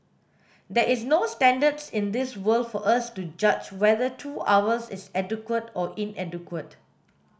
there is no standards in this world for us to judge whether two hours is adequate or inadequate